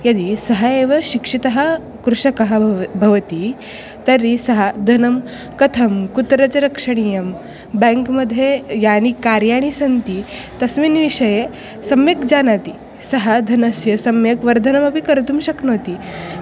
यदि सः एव शिक्षितः कृषकः भव भवति तर्हि सः धनं कथं कुत्र च रक्षणीयं ब्याङ्क् मध्ये यानि कार्याणि सन्ति तस्मिन् विषये सम्यक् जानाति सः धनस्य सम्यक् वर्धनमपि कर्तुं शक्नोति